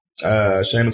Shameless